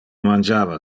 mangiava